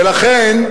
ולכן,